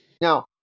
Now